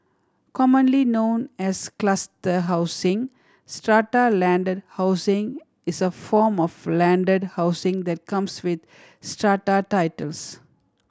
commonly known as cluster housing strata landed housing is a form of landed housing that comes with strata titles